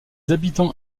habitants